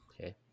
okay